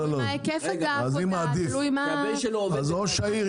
ראש העיר,